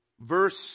Verse